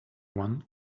one